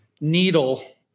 needle